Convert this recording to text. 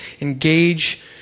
engage